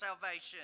salvation